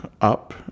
up